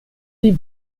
die